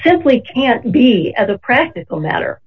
simply can't be as a practical matter